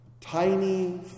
Tiny